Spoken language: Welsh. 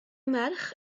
merch